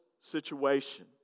situation